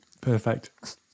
Perfect